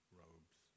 robes